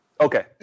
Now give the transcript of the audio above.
Okay